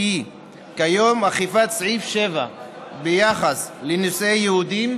כי כיום אכיפת סעיף 7 ביחס לנישואי יהודים